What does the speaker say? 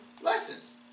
lessons